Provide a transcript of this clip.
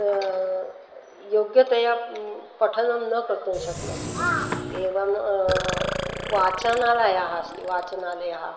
योग्यतया पठनं न कर्तुं शक्नोति एवं वाचनालयः अस्ति वाचनालयः